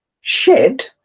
Shed